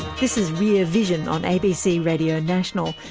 this is rear vision on abc radio national.